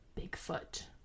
Bigfoot